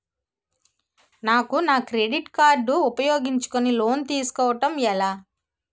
నాకు నా credit card ఉపయోగించుకుని లోన్ తిస్కోడం ఎలా?